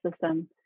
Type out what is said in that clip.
system